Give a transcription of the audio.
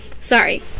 sorry